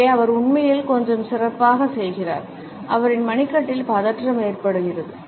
இங்கே அவர் உண்மையில் கொஞ்சம் சிறப்பாகச் செய்கிறார் அவரின் மணிக்கட்டில் பதற்றம் ஏற்படுகிறது